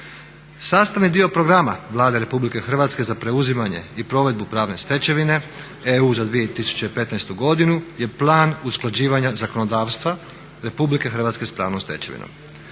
Sastavni dio programa Vlade Republike Hrvatske za preuzimanje i provedbu pravne stečevine EU za 2015. godinu je Plan usklađivanja zakonodavstva Republike Hrvatske s pravnom stečevinom.